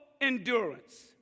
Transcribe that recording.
endurance